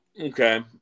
Okay